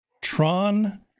Tron